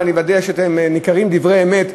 ואני מקווה שניכרים דברי אמת,